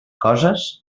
coses